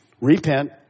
Repent